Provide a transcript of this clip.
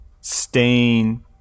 stain